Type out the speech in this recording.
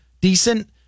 decent